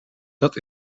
dat